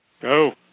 Go